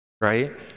Right